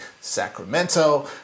Sacramento